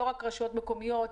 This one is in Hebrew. לא רק רשויות מקומיות,